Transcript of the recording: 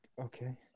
Okay